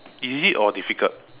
easy or difficult